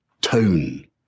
tone